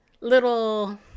little